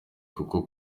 kuko